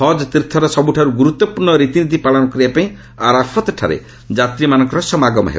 ହଜ୍ ତୀର୍ଥର ସବୁଠାରୁ ଗୁରୁତ୍ୱପୂର୍ଣ୍ଣ ରୀତିନୀତି ପାଳନ କରିବାପାଇଁ ଆରଫତ୍ଠାରେ ଯାତ୍ରୀମାନଙ୍କର ସମାଗମ ହେବ